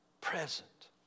present